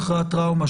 72 שעות אחרי הטראומה,